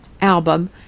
album